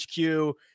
HQ